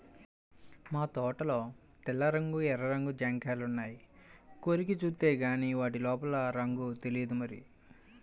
మా తోటలో తెల్ల రంగు, ఎర్ర రంగు జాంకాయలున్నాయి, కొరికి జూత్తేగానీ వాటి లోపల రంగు తెలియదు మరి